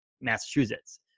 massachusetts